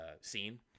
scene